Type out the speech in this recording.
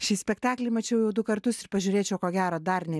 šį spektaklį mačiau jau du kartus ir pažiūrėčiau ko gero dar ne